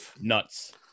nuts